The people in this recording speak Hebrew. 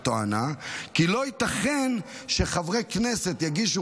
בתואנה כי לא ייתכן שחברי כנסת יגישו